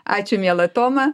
ačiū miela toma